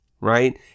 Right